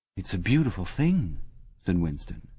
it's a beautiful thing said winston.